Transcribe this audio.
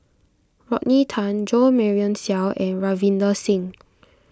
Rodney Tan Jo Marion Seow and Ravinder Singh